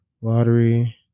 lottery